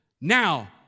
Now